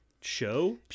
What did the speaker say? show